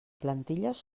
plantilles